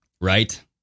Right